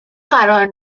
قرار